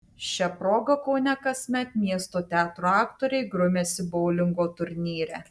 šia proga kaune kasmet miesto teatrų aktoriai grumiasi boulingo turnyre